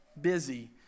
busy